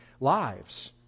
lives